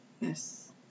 yes